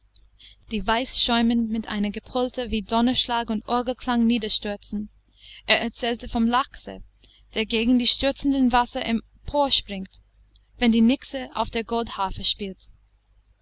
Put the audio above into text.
die weißschäumend mit einem gepolter wie donnerschlag und orgelklang niederstürzen er erzählte vom lachse der gegen die stürzenden wasser emporspringt wenn die nixe auf der goldharfe spielt